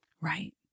Right